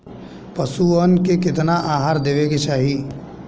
पशुअन के केतना आहार देवे के चाही?